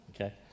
Okay